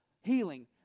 healing